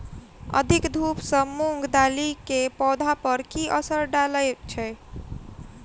अधिक धूप सँ मूंग दालि केँ पौधा पर की असर डालय छै?